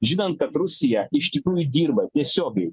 žinant kad rusija iš tikrųjų dirba tiesiogiai